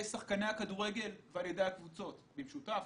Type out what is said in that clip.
שחקני הכדורגל ועל ידי הקבוצות במשותף,